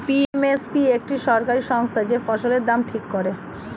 M S P একটি সরকারি সংস্থা যে ফসলের দাম ঠিক করে